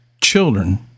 children